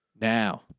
Now